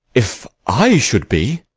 if i should be